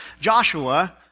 Joshua